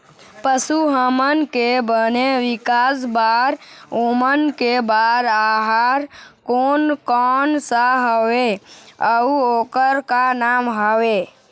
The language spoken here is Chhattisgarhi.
पशु हमन के बने विकास बार ओमन के बार आहार कोन कौन सा हवे अऊ ओकर का नाम हवे?